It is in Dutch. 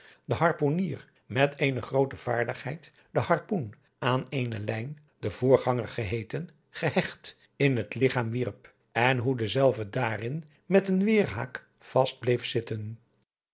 de harpoenier met eene groote vaardigheid adriaan loosjes pzn het leven van johannes wouter blommesteyn den harpoen aan eene lijn den voorganger geheeten gehecht in het ligchaam wierp en hoe dezelve daarin met een weêrhaak vast bleef zitten